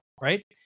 right